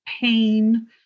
pain